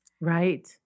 Right